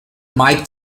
mike